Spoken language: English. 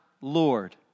Lord